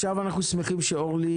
אנחנו שמחים שאורלי,